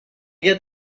get